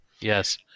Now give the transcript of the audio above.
Yes